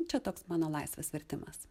čia toks mano laisvas vertimas